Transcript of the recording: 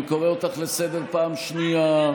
אני קורא אותך לסדר פעם שנייה.